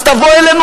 אז תבוא אלינו,